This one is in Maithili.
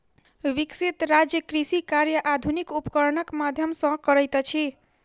विकसित राज्य कृषि कार्य आधुनिक उपकरणक माध्यम सॅ करैत अछि